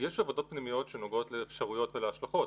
יש עבודות פנימיות שנוגעות לאפשרויות ולהשלכות,